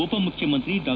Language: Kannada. ಉಪ ಮುಖ್ಯಮಂತ್ರಿ ಡಾ